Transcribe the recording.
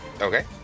Okay